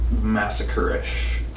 massacre-ish